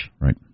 Right